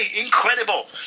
incredible